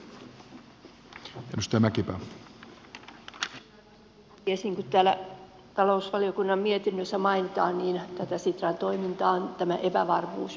niin kuin täällä talousvaliokunnan mietinnössä mainitaan tähän sitran toimintaan on tämä epävarmuus myös heijastunut